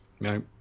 No